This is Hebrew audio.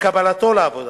לקבלתו לעבודה,